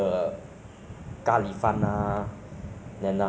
我觉得那个 uh 你懂那个可否面